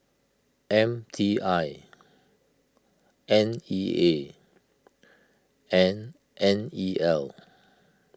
M T I N E A and N E L